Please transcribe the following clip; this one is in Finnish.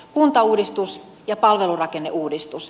kuntauudistus ja palvelurakenneuudistus